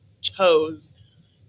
chose